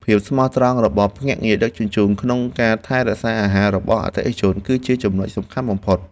ភាពស្មោះត្រង់របស់ភ្នាក់ងារដឹកជញ្ជូនក្នុងការថែរក្សាអាហាររបស់អតិថិជន គឺជាចំណុចសំខាន់បំផុត។